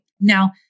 Now